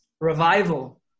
revival